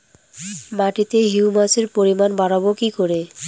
মাটিতে হিউমাসের পরিমাণ বারবো কি করে?